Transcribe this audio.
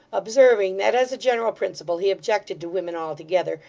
observing that as a general principle he objected to women altogether,